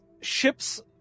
ships